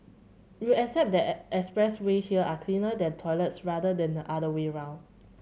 you accept that expressway here are cleaner than toilets rather than the other way around